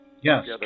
Yes